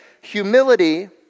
humility